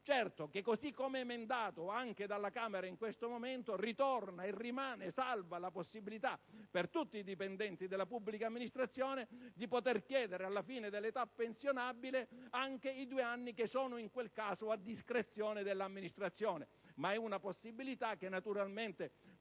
Certo è che, così come emendato anche dalla Camera in questo momento, ritorna e rimane salva la possibilità per tutti i dipendenti della pubblica amministrazione di poter chiedere alla fine dell'età pensionabile anche i due anni che sono in quel caso a discrezione dell'amministrazione. Ma è una possibilità che naturalmente,